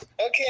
Okay